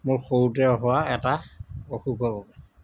মোৰ সৰুতে হোৱা এটা অসুখৰ বাবে